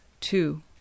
two